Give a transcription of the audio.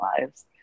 lives